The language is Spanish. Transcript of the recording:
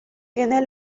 tiene